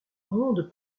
grandes